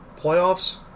Playoffs